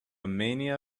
mania